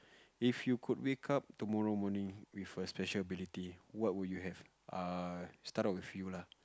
if you could wake up tomorrow morning with a special ability what would you have uh start off with you lah